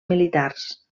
militars